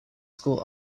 school